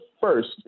first